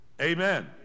Amen